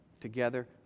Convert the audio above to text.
together